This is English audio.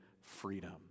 freedom